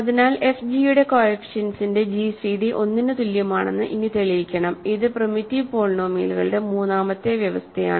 അതിനാൽ fg യുടെ കോഎഫിഷ്യന്റ്സിന്റെ gcd 1നു തുല്യമാണെന്ന് ഇനി തെളിയിക്കണം ഇത് പ്രിമിറ്റീവ് പോളിനോമിയലുകളുടെ മൂന്നാമത്തെ വ്യവസ്ഥയാണ്